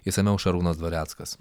išsamiau šarūnas dvareckas